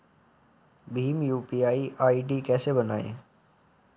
Bhim UPI ID कैसे बनाएं?